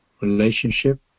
relationship